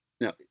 Now